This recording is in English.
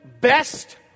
best